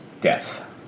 death